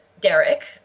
Derek